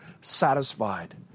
satisfied